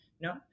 No